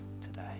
today